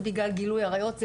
זה בגלל גילוי עריות,